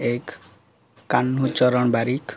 ଏକ କାହ୍ନୁ ଚରଣ ବାରିକ